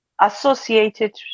associated